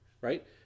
Right